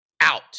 out